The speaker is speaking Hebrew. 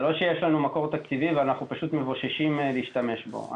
זה לא שיש לנו מקור תקציבי ואנחנו מבוששים להשתמש בו.